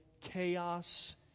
chaos